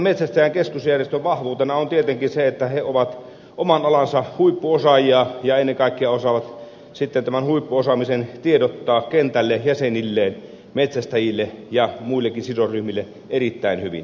metsästäjäin keskusjärjestön vahvuutena on tietenkin se että he ovat oman alansa huippuosaajia ja ennen kaikkea osaavat tämän huippuosaamisen tiedottaa kentälle jäsenilleen metsästäjille ja muillekin sidosryhmille erittäin hyvin